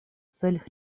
целях